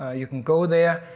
ah you can go there,